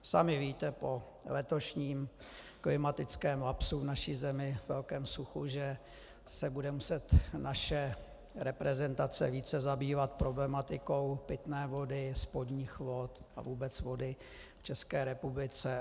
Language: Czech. Sami víte po letošním klimatickém lapsu v naší zemi, velkém suchu, že se bude muset naše reprezentace více zabývat problematikou pitné vody, spodních vod a vůbec vody v České republice.